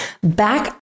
back